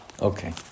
Okay